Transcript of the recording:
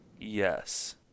Yes